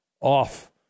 off